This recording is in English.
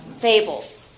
fables